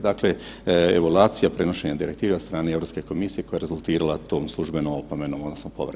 Dakle, evaluacija prenošenja direktiva od strane Europske komisija koja je rezultirala tom službenom opomenom odnosno povredom.